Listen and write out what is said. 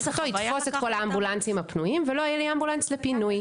יתפוס את כל האמבולנסים הפנויים ולא יהיה אמבולנס לפינוי.